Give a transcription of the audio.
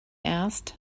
asked